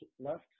left